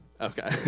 Okay